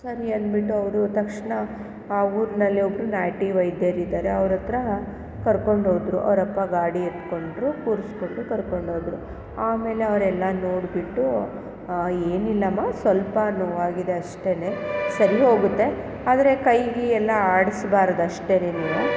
ಸರಿ ಅಂದ್ಬಿಟ್ಟು ಅವರು ತಕ್ಷಣ ಆ ಊರಿನಲ್ಲಿ ಒಬ್ಬರು ನಾಟಿ ವೈದ್ಯರಿದ್ದಾರೆ ಅವ್ರ ಹತ್ರ ಕರ್ಕೊಂಡು ಹೋದರು ಅವರಪ್ಪ ಗಾಡಿ ಎತ್ಕೊಂಡ್ರು ಕೂರಿಸಿಬಿಟ್ಟು ಕರ್ಕೊಂಡು ಹೋದರು ಆಮೇಲೆ ಅವರೆಲ್ಲ ನೋಡಿಬಿಟ್ಟೂ ಏನಿಲ್ಲಮ್ಮ ಸ್ವಲ್ಪ ನೋವಾಗಿದೆ ಅಷ್ಟೆನೆ ಸರಿ ಹೋಗುತ್ತೆ ಆದರೆ ಕೈ ಈ ಎಲ್ಲ ಆಡಿಸಬಾರ್ದು ಅಷ್ಟೆನೇ ನೀವು